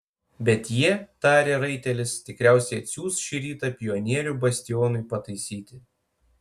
bet jie tarė raitelis tikriausiai atsiųs šį rytą pionierių bastionui pataisyti